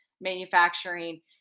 manufacturing